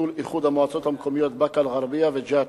(ביטול איחוד המועצות המקומיות באקה-אל-ע'רביה וג'ת),